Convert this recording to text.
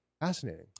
Fascinating